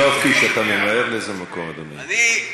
יואב קיש, אתה ממהר לאיזה מקום, אדוני?